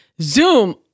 Zoom